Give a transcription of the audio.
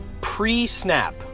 pre-snap